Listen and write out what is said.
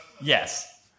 Yes